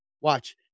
watch